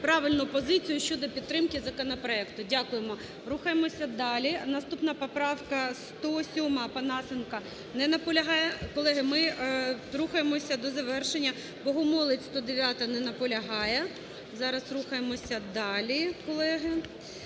правильну позицію щодо підтримки законопроекту? Дякуємо. Рухаємося далі. Наступна поправка 107-а, Опанасенка. Не наполягає. Колеги, ми рухаємося до завершення. Богомолець, 109-а. Не наполягає. Зараз рухаємося далі, колеги.